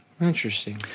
Interesting